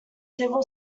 civil